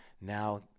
now